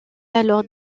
alors